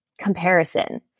comparison